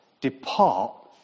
depart